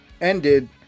ended